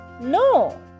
No